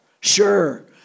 Sure